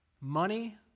Money